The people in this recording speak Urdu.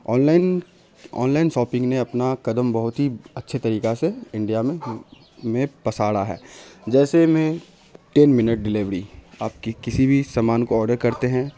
on line online shopping نے اپنا قدم بہت ہی اچھے طریقے سے انڈیا میں میں پسارا ہے جیسے میں ٹین منٹ ڈلیوڑی آپ کی کسی بھی سامان کو آڈر کرتے ہیں